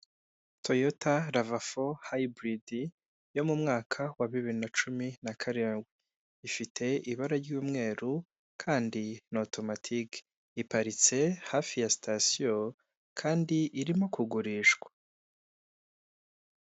Toyota rava fo hayiburidi yo mu mwaka wa bibiri na cumi na karindwi. Ifite ibara ry'umweru kandi ni otomatike. Iparitse hafi ya sitasiyo kandi irimo kugurishwa.